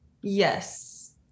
Yes